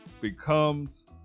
becomes